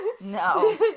No